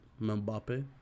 Mbappe